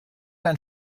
ein